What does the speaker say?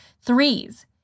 Threes